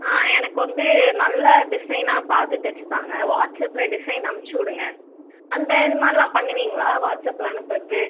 எனக்கு வந்து நல்ல டிசைனாக பார்த்து தைச்சி தாங்க வாட்ஸ்அப்பில் டிசைன் அனுப்பிசிவிடுங்க அந்த இதுமாதிரிலாம் பண்ணுவிங்களா வாட்ஸ்அப்பில் அனுப்புகிறது